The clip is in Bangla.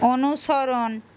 অনুসরণ